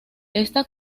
esta